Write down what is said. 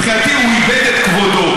מבחינתי הוא איבד את כבודו.